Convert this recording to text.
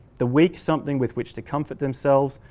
the weak something with which to comfort themselves,